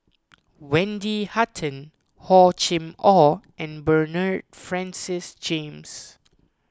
Wendy Hutton Hor Chim or and Bernard Francis James